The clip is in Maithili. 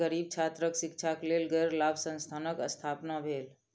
गरीब छात्रक शिक्षाक लेल गैर लाभ संस्थानक स्थापना भेल